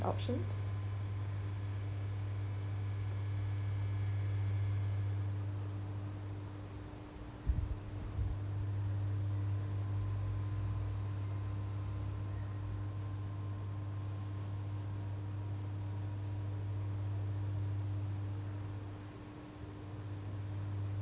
options